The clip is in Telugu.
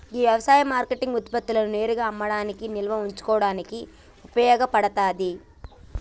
గీ యవసాయ మార్కేటింగ్ ఉత్పత్తులను నేరుగా అమ్మడానికి నిల్వ ఉంచుకోడానికి ఉపయోగ పడతాది